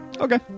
Okay